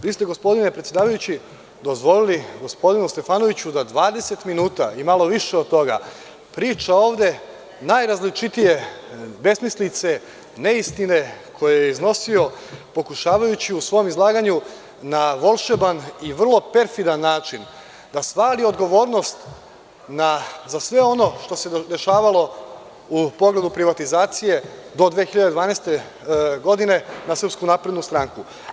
Vi ste, gospodine predsedavajući, dozvolili gospodinu Stefanoviću da 20 minuta i malo više od toga priča ovde najrazličitije besmislice, neistine koje je iznosio pokušavajući u svom izlaganju na volšeban i vrlo perfidan način da svali odgovornost za sve ono što se dešavalo u pogledu privatizacije do 2012. godine na Srpsku naprednu stranku.